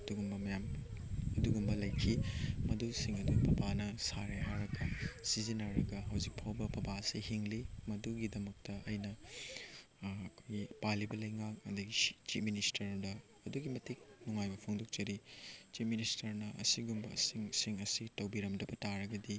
ꯑꯗꯨꯒꯨꯝꯕ ꯃꯌꯥꯝ ꯑꯗꯨꯒꯨꯝꯕ ꯂꯩꯈꯤ ꯃꯗꯨꯁꯤꯡ ꯑꯗꯨ ꯄꯄꯥꯅ ꯁꯥꯔꯦ ꯍꯥꯏꯔꯒ ꯁꯤꯖꯟꯅꯔꯒ ꯍꯧꯖꯤꯛ ꯐꯥꯎꯕ ꯄꯄꯥꯁꯤ ꯍꯤꯡꯂꯤ ꯃꯗꯨꯒꯤꯗꯃꯛꯇ ꯑꯩꯅ ꯑꯩꯈꯣꯏꯒꯤ ꯄꯥꯜꯂꯤꯕ ꯂꯩꯉꯥꯛ ꯑꯗꯒꯤ ꯆꯤꯐ ꯃꯤꯅꯤꯁꯇꯔꯗ ꯑꯗꯨꯛꯀꯤ ꯃꯇꯤꯛ ꯅꯨꯡꯉꯥꯏꯕ ꯐꯣꯡꯗꯣꯛꯆꯔꯤ ꯆꯤꯐ ꯃꯤꯅꯤꯁꯇꯔꯅ ꯑꯁꯤꯒꯨꯝꯕꯁꯤꯡ ꯁꯤꯡꯑꯁꯤ ꯇꯧꯕꯤꯔꯝꯗꯕꯇꯥꯔꯒꯗꯤ